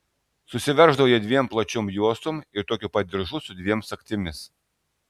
susiverždavo jis dviem plačiom juostom ir tokiu pat diržu su dviem sagtimis